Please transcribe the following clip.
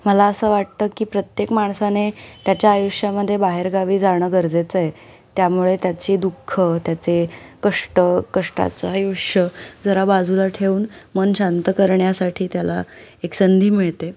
मला असं वाटतं की प्रत्येक माणसाने त्याच्या आयुष्यामध्ये बाहेरगावी जाणं गरजेचं आहे त्यामुळे त्याची दुःखं त्याचे कष्ट कष्टाचं आयुष्य जरा बाजूला ठेवून मन शांत करण्यासाठी त्याला एक संधी मिळते